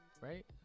right